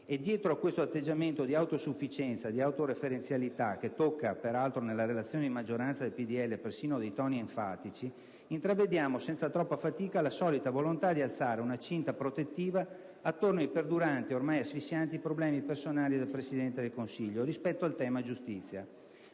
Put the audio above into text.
e, dietro a questo atteggiamento di autosufficienza, di autoreferenzialità che tocca, nella relazione di maggioranza del PdL, persino dei toni enfatici, intravediamo senza troppa fatica la solita volontà di alzare una cinta protettiva attorno ai perduranti e oramai asfissianti problemi personali del Presidente del Consiglio rispetto al tema giustizia.